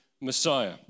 Messiah